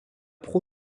pro